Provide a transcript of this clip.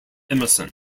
emerson